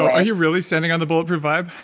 are you really standing on the bulletproof vibe?